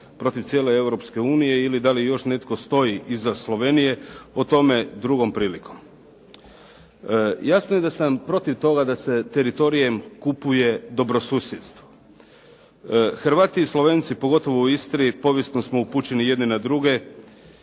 protiv cijele Europske unije ili da li još netko stoji iza Slovenije, o tome drugom prilikom. Jasno je da sam protiv toga da se teritorijem kupuje dobro susjedstvo. Hrvati i Slovenci, pogotovo u Istri povijesno smo upućeni jedni na druge,